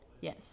Yes